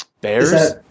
Bears